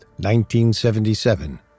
1977